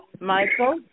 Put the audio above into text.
Michael